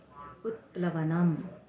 उत्प्लवनम्